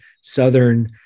southern